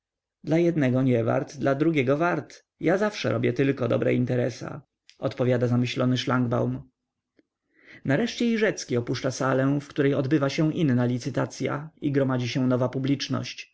dla jednego nie wart dla drugiego wart ja zawsze robię tylko dobre interesa odpowiada zamyślony szlangbaum nareszcie i rzecki opuszcza salę w której odbywa się inna licytacya i gromadzi się nowa publiczność